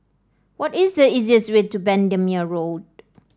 what is the easiest way to Bendemeer Road